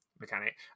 mechanic